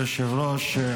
אדוני היושב-ראש,